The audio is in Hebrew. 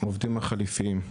העובדים החליפיים.